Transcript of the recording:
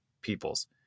peoples